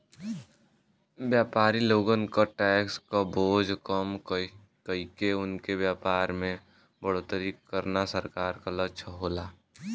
व्यापारी लोगन क टैक्स क बोझ कम कइके उनके व्यापार में बढ़ोतरी करना सरकार क लक्ष्य होला